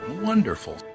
Wonderful